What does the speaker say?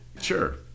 Sure